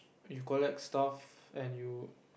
you collect stuff and you